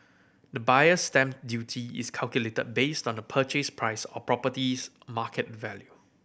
the Buyer's Stamp Duty is calculated based on the purchase price or property's market value